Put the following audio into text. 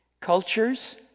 cultures